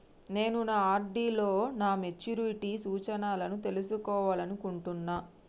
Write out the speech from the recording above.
నేను నా ఆర్.డి లో నా మెచ్యూరిటీ సూచనలను తెలుసుకోవాలనుకుంటున్నా